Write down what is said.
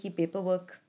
paperwork